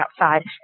outside